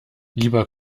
lieber